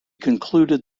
concluded